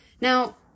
Now